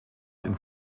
ins